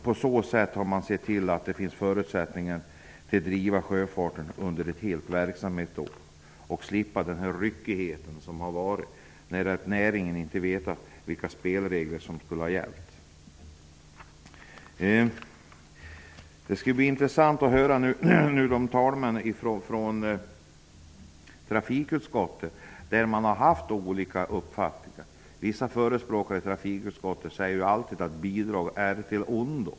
På så sätt har regeringen sett till att det finns förutsättningar för att driva sjöfarten under ett helt verksamhetsår. Då slipper man den ryckighet som har varit. Näringen har inte vetat vilka spelregler som har gällt. Det skall bli intressant att höra talesmännen från trafikutskottet. Det finns olika uppfattningar. Vissa ledamöter i trafikutskottet säger alltid att bidrag är av ondo.